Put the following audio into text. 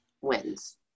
wins